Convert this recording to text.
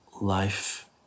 life